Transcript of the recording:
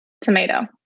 tomato